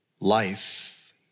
Life